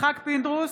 יצחק פינדרוס,